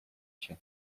się